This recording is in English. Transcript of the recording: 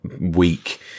week